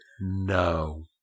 no